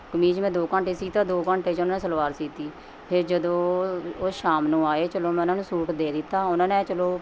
ਕਮੀਜ਼ ਮੈਂ ਦੋ ਘੰਟੇ 'ਚ ਸੀਤਾ ਦੋ ਘੰਟੇ 'ਚ ਉਹਨਾਂ ਨੇ ਸਲਵਾਰ ਸੀਤੀ ਫਿਰ ਜਦੋਂ ਉਹ ਸ਼ਾਮ ਨੂੰ ਆਏ ਚਲੋ ਮੈਂ ਉਹਨਾਂ ਨੂੰ ਸੂਟ ਦੇ ਦਿੱਤਾ ਉਹਨਾਂ ਨੇ ਚਲੋ